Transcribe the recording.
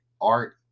art